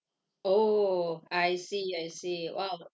oh I see I see !wow!